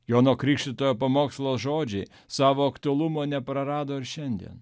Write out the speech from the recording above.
jono krikštytojo pamokslo žodžiai savo aktualumo neprarado ir šiandien